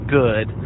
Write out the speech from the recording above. good